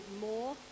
more